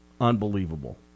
Unbelievable